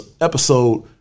episode